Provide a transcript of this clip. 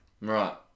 Right